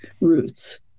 roots